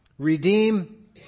Redeem